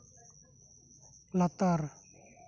ᱞᱟᱛᱟᱨ